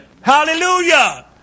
Hallelujah